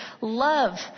love